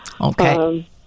Okay